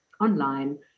online